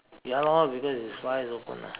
ya lor because his fly is open lah